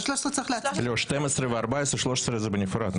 על הסתייגות 13 צריך להצביע.